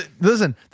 listen